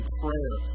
prayer